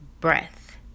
breath